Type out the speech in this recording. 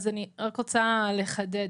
אני רוצה לחדד.